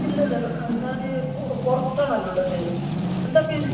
ഇല്ല മേഡം ആ ഞാൻ ഇപ്പോൾ പുറത്താണല്ലൊ ഉള്ളത് എന്താണ് പേര്